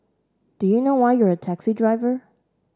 do you know why you're a taxi driver